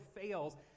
fails